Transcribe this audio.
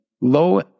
low